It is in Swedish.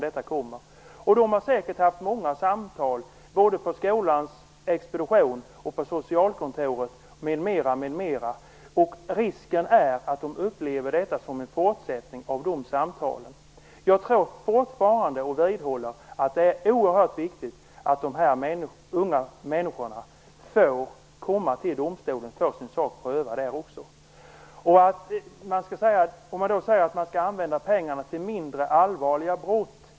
De har säkert haft många samtal både på skolans expedition och på socialkontoret, m.m. Risken är att de upplever träffen med åklagaren som en fortsättning av de samtalen. Jag vidhåller att det är oerhört viktigt att dessa unga människor får komma till domstolen och få sin sak prövad där. Man säger att man skall använda pengarna till mer allvarliga brott.